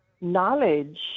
knowledge